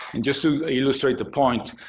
and just to illustrate the point,